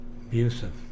Abusive